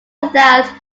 without